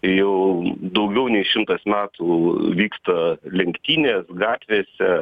jau daugiau nei šimtas metų vyksta lenktynės gatvėse